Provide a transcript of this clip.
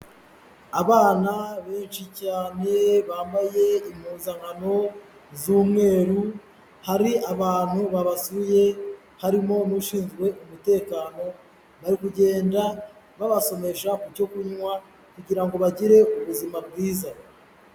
Abana benshi cyane, bambaye impuzankano z'umweru, hari abantu babasuye, harimo n'ushinzwe umutekano, bari kugenda babasomesha ku cyo kunywa kugira ngo bagire ubuzima bwiza.